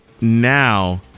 now